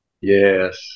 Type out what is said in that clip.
Yes